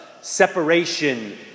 separation